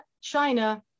China